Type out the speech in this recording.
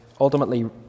ultimately